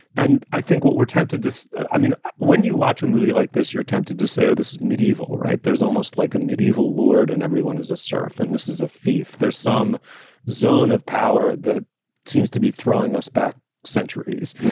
and i think what we're tempted to i mean, when you watch a movie like this, you're tempted to say, oh, this is mediaeval, right? there's almost like a medieval lord and everyone is a surf. and this is a fief. there's some zone of power that seems to be throwing us back centuries,